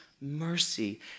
mercy